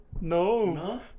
No